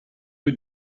rue